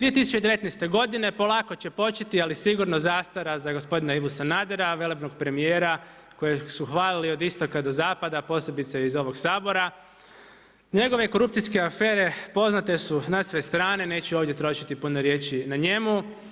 2019. godine polako će početi ali sigurno zastara za gospodina Ivu Sanadera, velebnog premijera kojeg su hvalili od istoka do zapada posebice iz ovog Sabora, njegove korupcijske afere poznate su na sve strane, neću ovdje trošiti puno riječi na njemu.